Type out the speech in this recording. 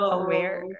aware